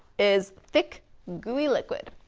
is thick glue liquid.